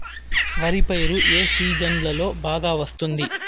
వరి పైరు ఏ సీజన్లలో బాగా వస్తుంది